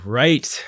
right